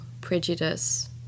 prejudice